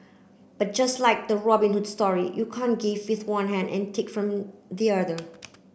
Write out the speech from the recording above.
but just like the Robin Hood story you can't give with one hand and take from the other